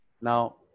Now